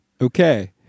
Okay